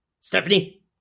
Stephanie